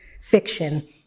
fiction